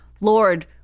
Lord